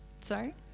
sorry